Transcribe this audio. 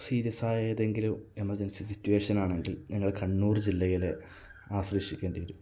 serious ആയ ഏതെങ്കിലും emergency situation ആണെങ്കിൽ ഞങ്ങൾ കണ്ണൂർ ജില്ലയിലെ ആശ്രയിക്കേണ്ടി വരും